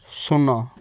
ଶୂନ